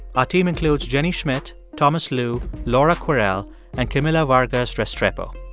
our team includes jenny schmidt, thomas lu, laura kwerel and camila vargas-restrepo.